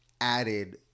added